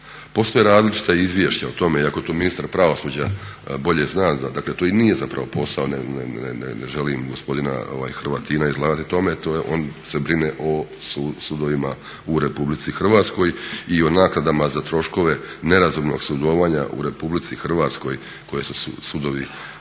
Postoje različita izvješća o tome, iako to ministar pravosuđa bolje zna, dakle to i nije zapravo posao, ne želim gospodina Hrvatina izlagati tome, on se brine o sudovima u Republici Hrvatskoj i o naknadama za troškove nerazumnog sudovanja u Republici Hrvatskoj koje su sudovi